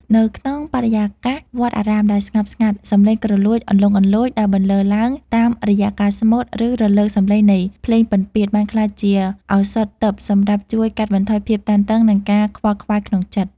នៅក្នុងបរិយាកាសវត្តអារាមដែលស្ងប់ស្ងាត់ សម្លេងគ្រលួចលន្លង់លន្លោចដែលបន្លឺឡើងតាមរយៈការស្មូត ឬ រលកសម្លេងនៃភ្លេងពិណពាទ្យ បានក្លាយជាឱសថទិព្វសម្រាប់ជួយកាត់បន្ថយភាពតានតឹង និងការខ្វល់ខ្វាយក្នុងចិត្ត។